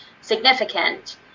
significant